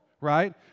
right